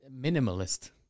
minimalist